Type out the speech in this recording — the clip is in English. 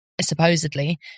supposedly